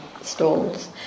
stalls